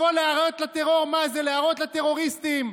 ולהראות לטרור מה זה, להראות לטרוריסטים: